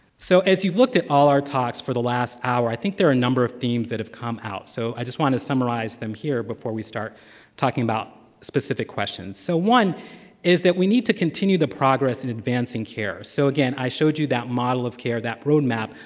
so as you've look at all our talks for the last hour, i think there are a number of themes that have come out. so i just want to summarize them there before we start talking about specific questions. so, one is that we need to continue the progress and advance in care. so, again, i showed you that model of care, that roadmap,